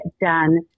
done